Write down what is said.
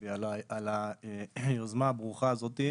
על היוזמה הברוכה הזאת.